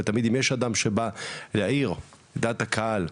ותמיד אם יש אדם שבא להאיר את דעת הקהל,